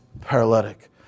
paralytic